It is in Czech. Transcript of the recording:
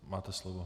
Máte slovo.